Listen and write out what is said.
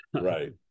right